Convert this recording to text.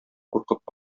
куркып